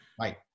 Right